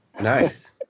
Nice